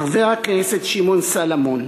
חבר הכנסת שמעון סולומון